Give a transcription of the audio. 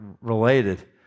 related